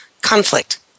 conflict